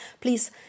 Please